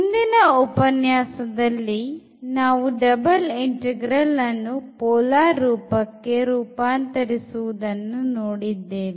ಹಿಂದಿನ ಉಪನ್ಯಾಸದಲ್ಲಿ ನಾವು ಡಬಲ್ ಇಂಟೆಗ್ರಲ್ ಅನ್ನು ಪೋಲಾರ್ ರೂಪಕ್ಕೆ ರೂಪಾಂತರಿಸುವುದನ್ನು ನೋಡಿದ್ದೇವೆ